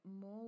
more